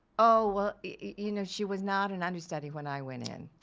oh well you know she was not an understudy when i went in,